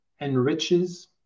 enriches